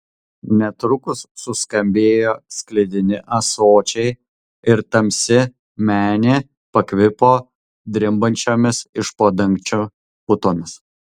netrukus suskambėjo sklidini ąsočiai ir tamsi menė pakvipo drimbančiomis iš po dangčiu putomis